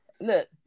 look